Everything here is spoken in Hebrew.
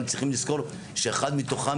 אבל צריכים לזכור שאחד מתוכם,